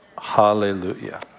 Hallelujah